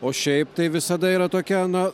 o šiaip tai visada yra tokia na